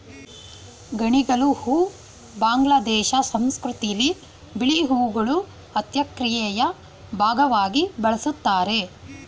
ಗಣಿಗಲು ಹೂ ಬಾಂಗ್ಲಾದೇಶ ಸಂಸ್ಕೃತಿಲಿ ಬಿಳಿ ಹೂಗಳು ಅಂತ್ಯಕ್ರಿಯೆಯ ಭಾಗ್ವಾಗಿ ಬಳುಸ್ತಾರೆ